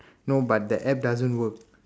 no but the app doesn't work